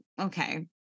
okay